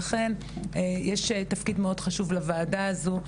לכן יש תפקיד מאוד חשוב לוועדה הזו.